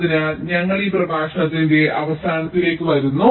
അതിനാൽ ഞങ്ങൾ ഈ പ്രഭാഷണത്തിന്റെ അവസാനത്തിലേക്ക് വരുന്നു